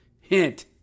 Hint